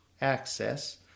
access